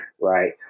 right